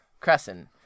Crescent